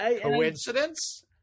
Coincidence